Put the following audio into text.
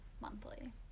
monthly